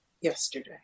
yesterday